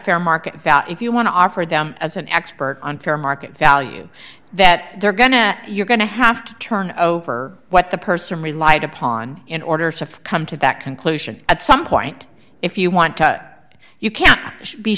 fair market value if you want to offer them as an expert on fair market value that they're going to you're going to have to turn over what the person relied upon in order to come to that conclusion at some point if you want to you can be